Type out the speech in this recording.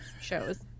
shows